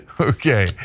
Okay